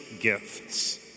gifts